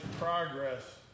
progress